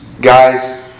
Guys